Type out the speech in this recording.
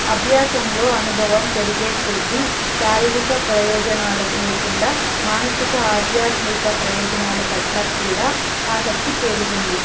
అభ్యాసంలో అనుభవం పెరిగే కొద్దీ శారీరిక ప్రయోజనాల లేకుండా మానసిక ఆధ్యాత్మిక ప్రయోజనలు పట్ల కూడా ఆసక్తి పెరిగింది